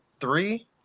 three